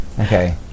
Okay